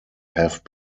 have